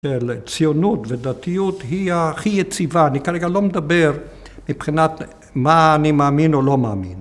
ציונות ודתיות היא ההכי יציבה, אני כרגע לא מדבר מבחינת מה אני מאמין או לא מאמין.